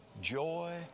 joy